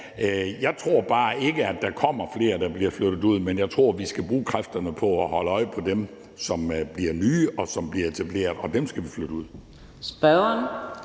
Jeg tror bare ikke, der kommer flere, der bliver flyttet ud. Jeg tror, vi skal bruge kræfterne på at holde øje med dem, som er nye, og som bliver etableret; dem skal vi flytte ud.